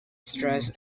stress